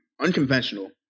unconventional